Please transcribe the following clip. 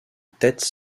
tête